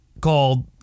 called